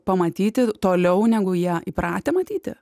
pamatyti toliau negu jie įpratę matyti